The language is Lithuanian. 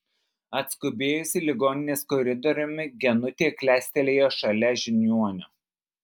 atskubėjusi ligoninės koridoriumi genutė klestelėjo šalia žiniuonio